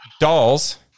Dolls